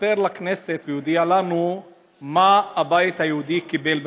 יספר לכנסת ויודיע לנו מה הבית היהודי קיבל בתמורה,